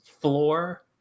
floor